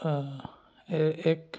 এ এক